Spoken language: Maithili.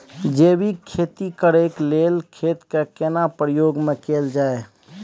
जैविक खेती करेक लैल खेत के केना प्रयोग में कैल जाय?